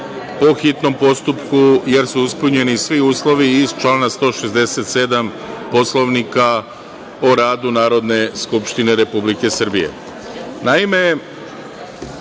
po hitnom postupku, jer su ispunjeni svi uslovi iz član 167. Poslovnika o radu Narodne skupštine Republike Srbije. Naime,